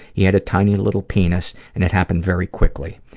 he had a tiny little penis and it happened very quickly.